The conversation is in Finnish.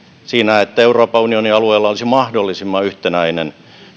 että euroopan unionin alueella olisi mahdollisimman yhtenäinen